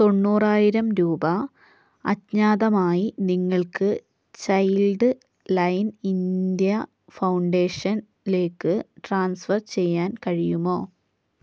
തൊണ്ണൂറായിരം രൂപ അജ്ഞാതമായി നിങ്ങൾക്ക് ചൈൽഡ് ലൈൻ ഇന്ത്യ ഫൗണ്ടേഷനിലേക്ക് ട്രാൻസ്ഫർ ചെയ്യാൻ കഴിയുമോ